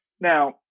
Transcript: Now